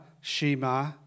Shema